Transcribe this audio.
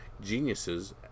geniuses